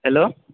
hello